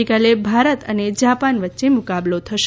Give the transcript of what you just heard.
આવતીકાલે ભારત અને જાપાન વચ્ચે મુકાબલો થશે